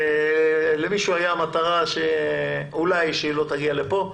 ולמישהו הייתה מטרה אולי שהיא לא תגיע לפה.